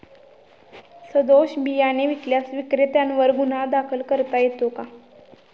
सदोष बियाणे विकल्यास विक्रेत्यांवर गुन्हा दाखल करता येतो का?